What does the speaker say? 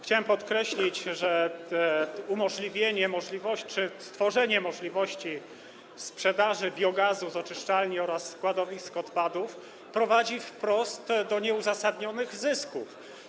Chciałem podkreślić, że danie możliwości czy stworzenie możliwości sprzedaży biogazu z oczyszczalni oraz składowisk odpadów prowadzi wprost do nieuzasadnionych zysków.